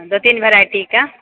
दू तीन वेराइटीके